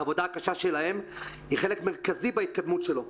העבודה הקשה שלהם היא חלק מרכזי בהתקדמות שלו,